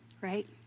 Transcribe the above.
right